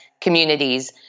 communities